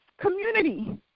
community